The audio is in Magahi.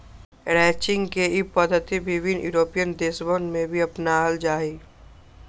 रैंचिंग के ई पद्धति विभिन्न यूरोपीयन देशवन में अपनावल जाहई